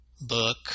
Book